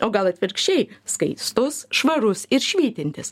o gal atvirkščiai skaistus švarus ir švytintis